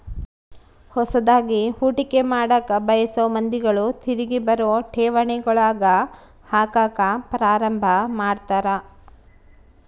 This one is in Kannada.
ಹೊಸದ್ಗಿ ಹೂಡಿಕೆ ಮಾಡಕ ಬಯಸೊ ಮಂದಿಗಳು ತಿರಿಗಿ ಬರೊ ಠೇವಣಿಗಳಗ ಹಾಕಕ ಪ್ರಾರಂಭ ಮಾಡ್ತರ